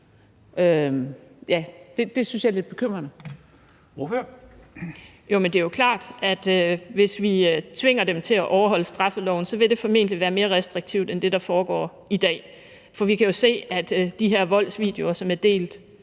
Dehnhardt (SF): Jo, men det er jo klart, at hvis vi tvinger dem til at overholde straffeloven, vil det formentlig være mere restriktivt end det, der foregår i dag. Vi kan jo se, at de her voldsvideoer, som er delt,